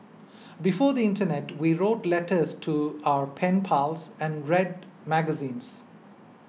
before the internet we wrote letters to our pen pals and read magazines